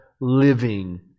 living